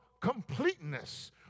completeness